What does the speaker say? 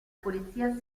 polizia